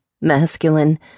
masculine